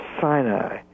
Sinai